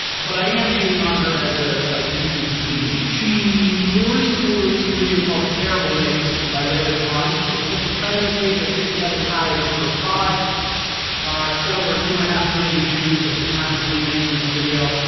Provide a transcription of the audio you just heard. but i am hating on her as ah a youtube comedian she recently released a video called terrible maids, by lele pons, and hit the trending page. i think it got as high as number five it's got over two and a half million views at the time of me making this video,